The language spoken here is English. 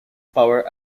power